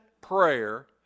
prayer